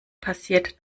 passiert